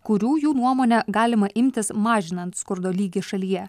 kurių jų nuomone galima imtis mažinant skurdo lygį šalyje